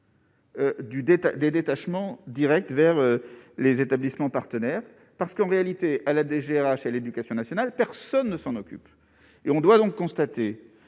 des détachements Direct vers les établissements partenaires parce qu'en réalité à la DGA chez l'éducation nationale, personne ne s'en occupe et on doit donc constater